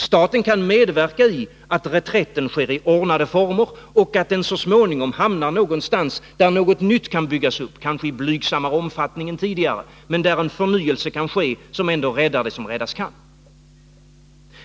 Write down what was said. Staten kan medverka till att reträtten sker i ordnade former och att branschen så småningom hamnar där någonting nytt kan byggas upp, kanske i blygsammare omfattning än tidigare, men där en förnyelse kan ske som ändå räddar vad som räddas kan.